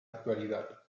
actualidad